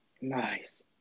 Nice